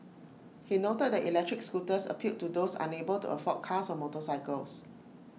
he noted that electric scooters appealed to those unable to afford cars or motorcycles